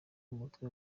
umutwe